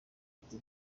ati